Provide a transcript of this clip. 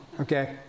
Okay